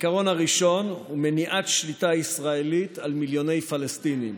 העיקרון הראשון הוא מניעת שליטה ישראלית על מיליוני פלסטינים.